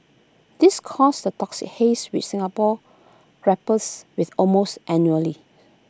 this causes the toxic haze which Singapore grapples with almost annually